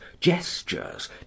gestures